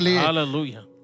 Hallelujah